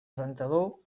rentador